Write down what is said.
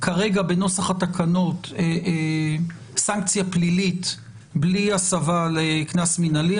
כרגע בנוסח התקנות סנקציה פלילית בלי הסבה לקנס מינהלי.